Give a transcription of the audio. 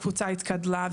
הקבוצה גדלה,